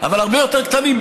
אבל הרבה יותר קטנים,